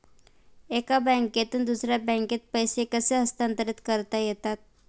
एका बँकेतून दुसऱ्या बँकेत पैसे कसे हस्तांतरित करता येतात?